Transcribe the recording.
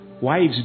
Wives